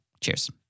Cheers